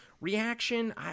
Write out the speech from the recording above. reaction